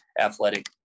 athletic